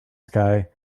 sky